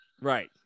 Right